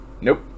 Nope